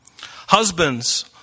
Husbands